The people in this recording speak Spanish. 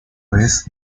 vez